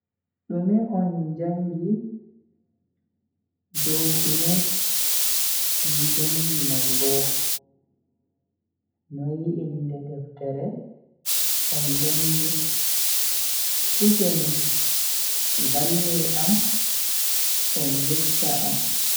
Dume on jangi? Dow dume on jangi mai bo. Noi inde deftere on jangi? Useni valle am on yecche am.